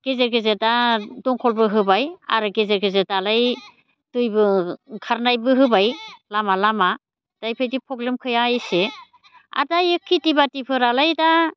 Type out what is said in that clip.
गेजेर गेजेर दा दंखलबो होबाय आरो गेजेर गेजेर दालाय दैबो ओंखारनायबो होबाय लामा लामा दा बेफोर बायदि प्रब्लेम फैया एसे आरो दा ए खेथि बाथिफोरालाय दा